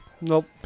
Nope